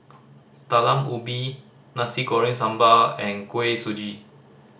Talam Ubi Nasi Goreng Sambal and Kuih Suji